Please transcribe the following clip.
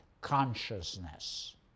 consciousness